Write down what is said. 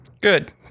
Good